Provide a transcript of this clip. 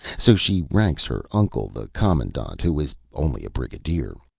so she ranks her uncle the commandant, who is only a brigadier.